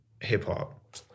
hip-hop